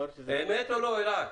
אמת או לא, אלעד?